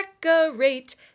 decorate